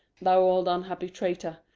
thou old unhappy traitor,